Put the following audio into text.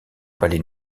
palais